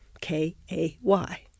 K-A-Y